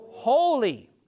holy